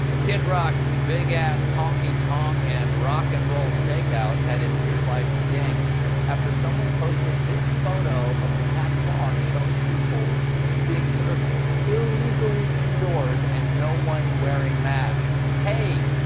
kid rock's big-ass honky tonk and rock and roll steakhouse had it's beer license yanked after someone posted this photo of the packed bar showing people being served illegally indoors and no one wearing masks. hey!